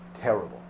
terrible